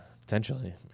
potentially